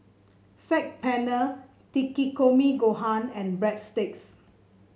Saag Paneer Takikomi Gohan and Breadsticks